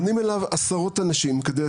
ברגע שהוא מפרסם את הדירה פונים אליו עשרות אנשים על